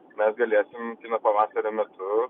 mes galėsim kino pavasario metu